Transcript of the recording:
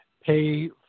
pay